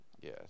Yes